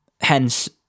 hence